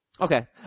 Okay